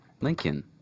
Lincoln